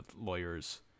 lawyers